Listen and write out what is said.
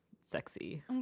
sexy